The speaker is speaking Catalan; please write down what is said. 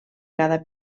cada